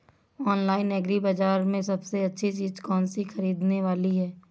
Online agri बाजार में सबसे अच्छी चीज कौन सी ख़रीदने वाली है?